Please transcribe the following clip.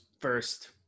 first